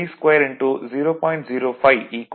05 1